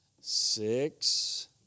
Six